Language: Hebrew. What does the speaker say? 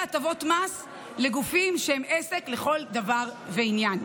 הטבות מס לגופים שהם עסק לכל דבר ועניין.